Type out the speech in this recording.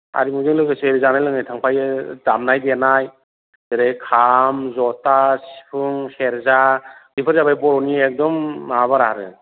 हारिमुजों लोगोसे जानाय लोंनाय थांफायो दामनाय देनाय जेरै खाम जथा सिफुं सेरजा बेफोर जाबाय बर'नि एखदम माबाफोर आरो